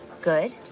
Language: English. Good